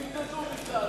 אין יותר.